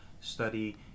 study